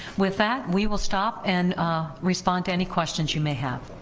with that we will stop and respond to any questions you may have.